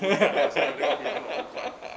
努力好像有 paper or cord